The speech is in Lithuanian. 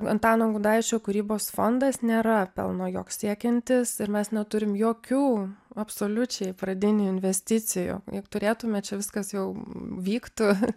antano gudaičio kūrybos fondas nėra pelno joks siekiantis ir mes neturim jokių absoliučiai pradinių investicijų jeig turėtume čia viskas jau vyktų